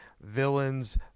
Villains